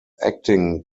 acting